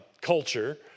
culture